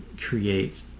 create